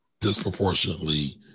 disproportionately